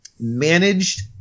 managed